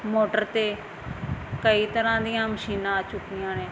motor 'ਤੇ ਕਈ ਤਰ੍ਹਾਂ ਦੀਆਂ ਮਸ਼ੀਨਾਂ ਆ ਚੁੱਕੀਆਂ ਨੇ